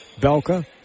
Belka